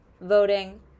voting